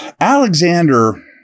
Alexander